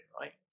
right